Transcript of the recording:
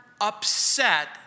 upset